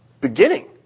beginning